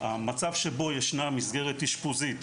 המצב שבו ישנה מסגרת אשפוזית,